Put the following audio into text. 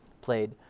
played